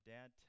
Dad